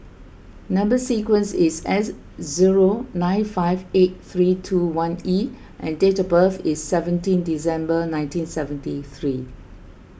Number Sequence is S zero nine five eight three two one E and date of birth is seventeen December nineteen seventy three